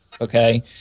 okay